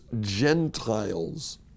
Gentiles